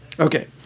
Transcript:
Okay